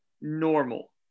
normal